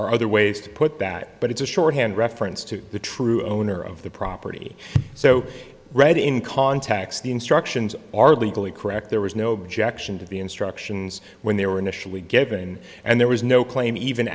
are other ways to put that but it's a shorthand reference to the true owner of the property so read it in context the instructions are legally correct there was no objection to the instructions when they were initially given and there was no claim even